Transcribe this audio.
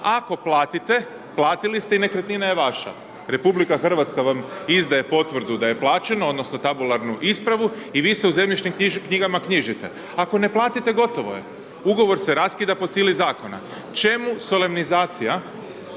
ako platite, platili ste i nekretnina je vaša. RH vam izdaje potvrdu da je plaćeno odnosno tabularnu ispravu i vi se u zemljišnim knjigama knjižite, ako ne platite, gotovo je, Ugovor se raskida po sili zakona. Čemu solemnizacija